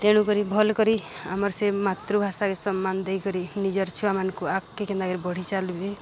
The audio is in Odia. ତେଣୁକରି ଭଲ କରି ଆମର ସେ ମାତୃଭାଷାକେ ସମ୍ମାନ ଦେଇକରି ନିଜର ଛୁଆମାନଙ୍କୁ ଆଗକେ କେନ୍ତାକରି ବଢ଼ି ଚାଲିବେ